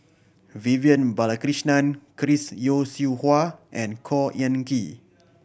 Vivian Balakrishnan Chris Yeo Siew Hua and Khor Ean Ghee